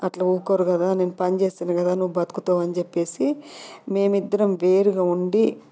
అట్ల ఊరుకోరు కదా నేను పని చేస్తేనే కదా నువ్వు బతుకుతావు అని చెప్పేసి మేమిద్దరం వేరుగా ఉండి